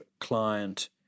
client